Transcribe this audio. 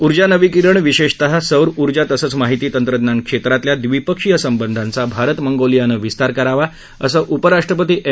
ऊर्जा नवीकरण विशेषत सौर ऊर्जा तसंच माहिती तंत्रज्ञान क्षेत्रातल्या द्विपक्षीय संबधाचा भारत मंगोलियानं विस्तार करावा असं उपराष्ट्रपती एम